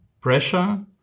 pressure